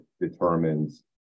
determines